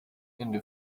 into